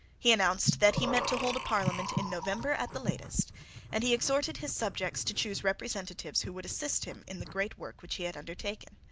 he announced that he meant to hold a parliament in november at the latest and he exhorted his subjects to choose representatives who would assist him in the great work which he had undertaken.